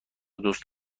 دوست